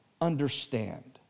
understand